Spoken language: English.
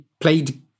played